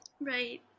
Right